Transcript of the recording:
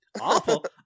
Awful